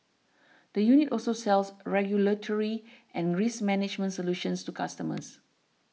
the unit also sells regulatory and risk management solutions to customers